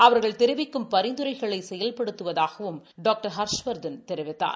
அவர்கள் தெரிவிக்கும் பரிந்துரைகளை செயல்படுத்துவதாகவும் டாக்டர் ஹர்ஷவர்தன் தெரிவித்தார்